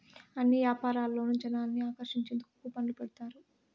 అన్ని యాపారాల్లోనూ జనాల్ని ఆకర్షించేందుకు కూపన్లు పెడతారు